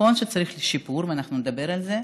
נכון שצריך שיפור, ואנחנו נדבר על זה,